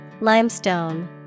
Limestone